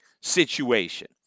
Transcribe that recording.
situation